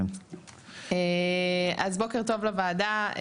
בוקר טוב לוועדה.